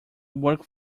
work